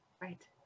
right